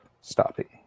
stopping